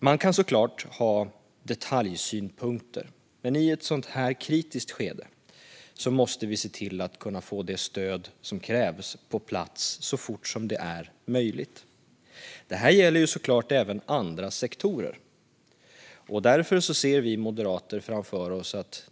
Det går såklart att ha detaljsynpunkter, men i ett sådant här kritiskt skede måste vi kunna se till att få det stöd som krävs på plats så fort som det är möjligt. Detta gäller såklart även andra sektorer.